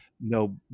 no